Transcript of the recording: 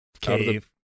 cave